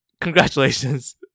Congratulations